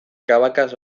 cabacas